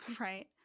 Right